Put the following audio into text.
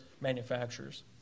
manufacturers